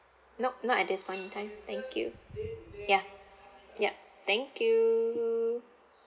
nop nop at this point of time thank you ya yup thank you